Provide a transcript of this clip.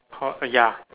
hot ya